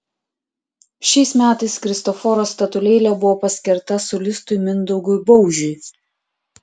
šiais metais kristoforo statulėlė buvo paskirta solistui mindaugui baužiui